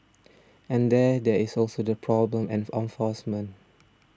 and then there is also the problem an enforcement